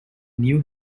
knew